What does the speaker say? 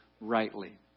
rightly